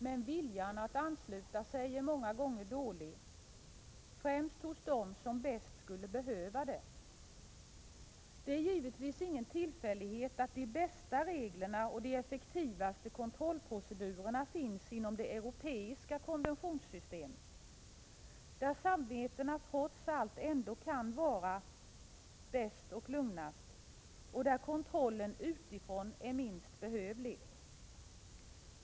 Men viljan att ansluta sig är många gånger dålig, främst hos dem som bäst skulle behöva det. Det är givetvis ingen tillfällighet att de bästa reglerna och de effektivaste kontrollprocedurerna finns inom det europeiska konventionssystemet, där samvetena trots allt ändå kan vara bäst och lugnast och där kontrollen utifrån är minst behövlig.